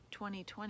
2020